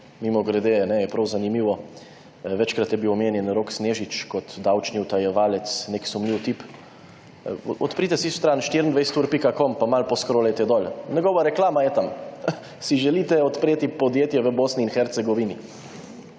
mimogrede je prav zanimivo, večkrat je bil omenjen Rok Snežič, kot davčni utajevalec, nek sumljiv tip, odprite si stran 24ur.com pa malo poskrolajte dol. Njegova reklama je tam. Si želite odpreti podjetje v Bosni in Hercegovini?